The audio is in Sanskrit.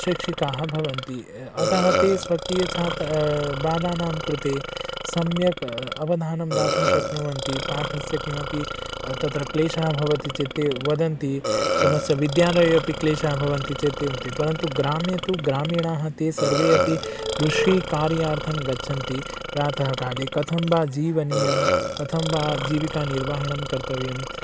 शैक्षिकाः भवन्ति अतः ते स्वकीय छात्रः बालानां कृते सम्यक् अवधानं दातुं शक्नुवन्ति पाठस्य किमपि तत्र क्लेशः भवति चेत् ते वदन्ति पुनश्च विद्यालये अपि क्लेशाः भवन्ति चेत् ते वदन्ति परन्तु ग्रामे तु ग्रामीणाः ते सर्वे अपि कृषिकार्यार्थं गच्छन्ति प्रातः काले कथं वा जीवनीयं कथं वा जीविका निर्वहणं कर्तव्यम्